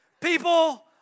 people